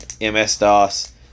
MS-DOS